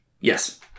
Yes